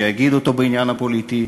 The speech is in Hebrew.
שיגיד אותו בעניין הפוליטי.